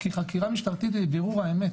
כי חקירה משטרתית היא בירור האמת,